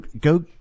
Go